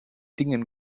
dingen